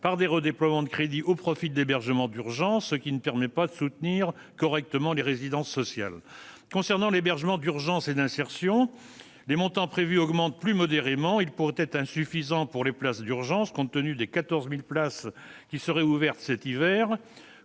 par des redéploiements de crédits au profit d'hébergement d'urgence, ce qui ne permet pas de soutenir correctement les résidences sociales concernant l'hébergement d'urgence et d'insertion des montants prévus augmentent plus modérément, il pourrait être insuffisant pour les places d'urgence compte tenu des 14000 places qui seraient ouvertes cet hiver